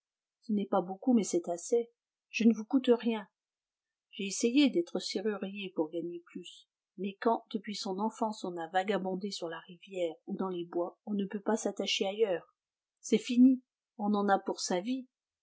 ça n'est pas beaucoup mais c'est assez je ne vous coûte rien j'ai essayé d'être serrurier pour gagner plus mais quand depuis son enfance on a vagabondé sur la rivière et dans les bois on ne peut pas s'attacher ailleurs c'est fini on en a pour sa vie